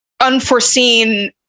unforeseen